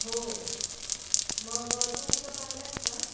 हो मग तू कुठं पाहिला आहेस का